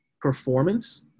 performance